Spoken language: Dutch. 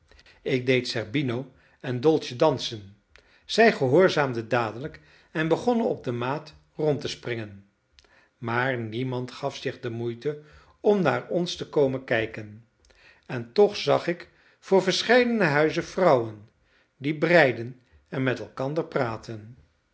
ik deed zerbino en dolce dansen zij gehoorzaamden dadelijk en begonnen op de maat rond te springen maar niemand gaf zich de moeite om naar ons te komen kijken en toch zag ik voor verscheidene huizen vrouwen die breiden en met elkander praatten